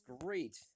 great